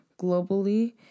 globally